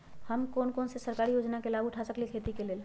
हम कोन कोन सरकारी योजना के लाभ उठा सकली ह खेती के लेल?